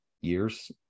years